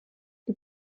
wir